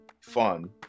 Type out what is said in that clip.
fun